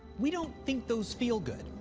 we don't think those feel good,